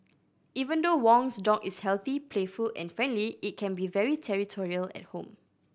even though Wong's dog is healthy playful and friendly it can be very territorial at home